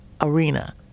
arena